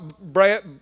Brad